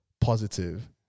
positive